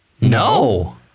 No